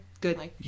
Good